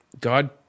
God